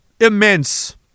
immense